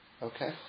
Okay